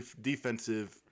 defensive